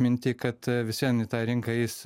minty kad vis vien į tą rinką eis